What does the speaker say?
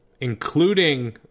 including